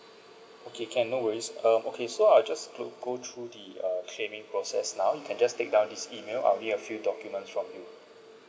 okay can no worries um okay so I'll just go go through the uh claiming process now you can just take down this email I'll need a few documents from you